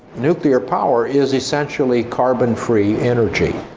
nuclear power is essentially carbon-free energy.